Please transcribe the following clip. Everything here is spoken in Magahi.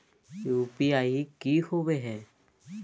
यू.पी.आई की होवे हय?